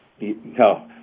No